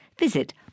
visit